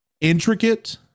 intricate